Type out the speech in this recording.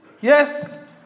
yes